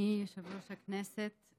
אדוני יושב-ראש הכנסת,